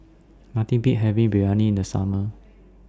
Nothing Beats having Biryani in The Summer